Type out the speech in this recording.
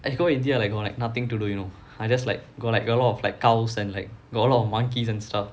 I go india like got like nothing to do you know I just like got like a lot of like cows and like got a lot of monkeys and stuff